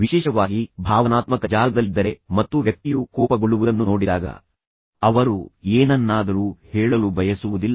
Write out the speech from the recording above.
ವಿಶೇಷವಾಗಿ ನೀವು ಭಾವನಾತ್ಮಕ ಜಾಲದಲ್ಲಿದ್ದರೆ ಮತ್ತು ವ್ಯಕ್ತಿಯು ಕೋಪಗೊಳ್ಳುವುದನ್ನು ನೀವು ನೋಡಿದಾಗ ಉಳಿದವರೆಲ್ಲರೂ ಮುಂದೂಡಲ್ಪಡುತ್ತಾರೆ ಅವರು ಏನನ್ನಾದರೂ ಹೇಳಲು ಬಯಸುವುದಿಲ್ಲ